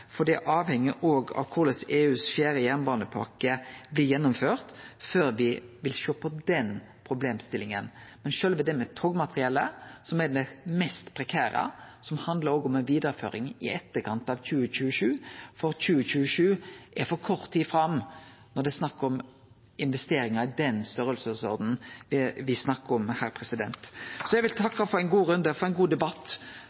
av korleis EUs fjerde jernbanepakke blir gjennomført, før me vil sjå på den problemstillinga. Men sjølve togmateriellet er det mest prekære, som òg handlar om ei vidareføring i etterkant av 2027, for 2027 er for kort tid fram når det er snakk om investeringar i den storleiken me snakkar om her. Eg vil takke for ein god runde og for ein god debatt, som eg